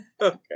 Okay